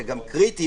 זה קריטי.